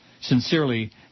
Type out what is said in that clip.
Sincerely